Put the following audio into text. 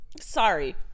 Sorry